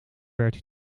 qwerty